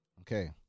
Okay